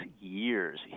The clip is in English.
years